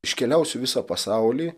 iškeliausiu visą pasaulį